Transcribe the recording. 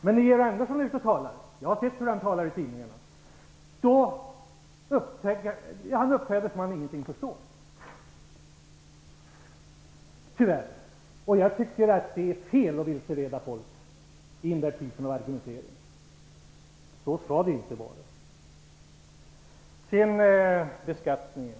Men när Georg Andersson är ute och talar -- jag har sett i tidningarna hur han talar -- uppträder han som om han ingenting förstår, tyvärr. Jag tycker att det är fel att vilseleda folk med den typen av argumentering. Så skall det inte vara. Sedan har vi beskattningen.